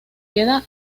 queda